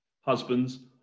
Husbands